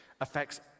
affects